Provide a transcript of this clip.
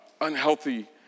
unhealthy